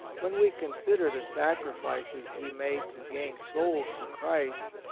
when we con sider the sacrifices he made to gain souls to christ,